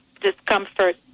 discomfort